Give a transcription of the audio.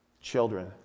children